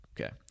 Okay